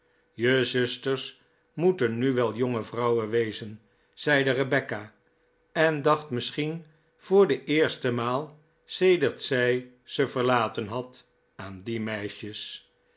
je zusters moeten nu wel jonge vrouwen wezen zeide rebecca en dacht misschien voor de eerste maal sedert zij ze verlaten had aan die meisjes